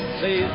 say